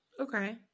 okay